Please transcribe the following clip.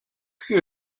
qui